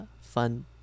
fun